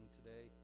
today